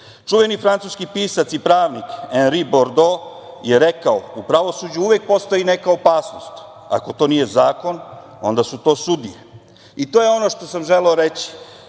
francuski pisac i pravnik Anri Bordo je rekao - U pravosuđu uvek postoji neka opasnost, ako to nije zakon, onda su to sudije. I to je ono što sam želeo reći.